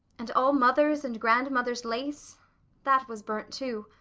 and all mother's and grandmother's lace that was burnt, too.